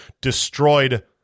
destroyed